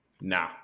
Nah